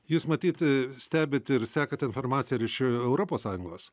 jūs matyt stebit ir sekat informaciją ir iš europos sąjungos